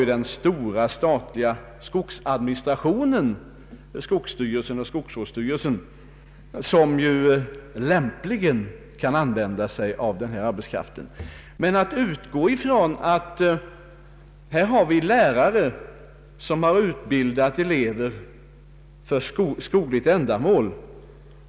Även den stora statliga skogsadministrationen — Sskogsstyrelsen och skogsvårdsstyrelsen — kan ju lämpligen använda sig av denna arbetskraft. Vi har här lärare som har utbildat elever för skogligt ändamål.